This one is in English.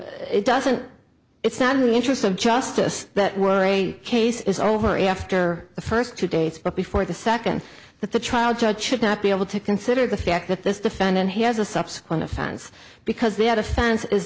it doesn't it's not in the interest of justice that were a case is over after the first two days before the second that the trial judge should not be able to consider the fact that this defendant he has a subsequent offense because they had offense is